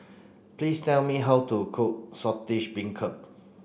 please tell me how to cook Saltish Beancurd